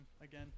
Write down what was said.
again